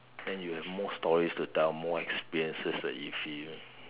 then you have more stories to tell more experiences that you feel